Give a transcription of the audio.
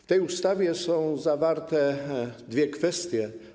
W tej ustawie są zawarte dwie kwestie.